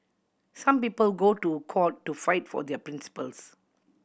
some people go to court to fight for their principles